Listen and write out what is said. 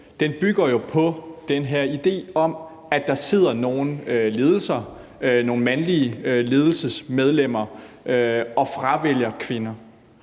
bygger jo på den her idé om, at der sidder nogle ledelser, nogle mandlige ledelsesmedlemmer og fravælger kvinder.